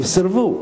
הם סירבו.